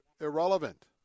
irrelevant